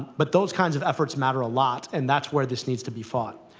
but those kinds of efforts matter a lot, and that's where this needs to be fought.